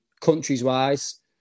countries-wise